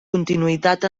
continuïtat